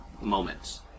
moments